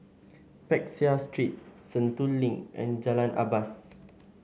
Peck Seah Street Sentul Link and Jalan Asas